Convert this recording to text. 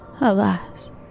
alas